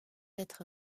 être